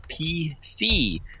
PC